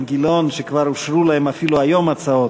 גילאון שכבר אושרו להם אפילו היום הצעות,